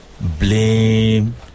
blame